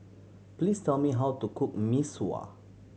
please tell me how to cook Mee Sua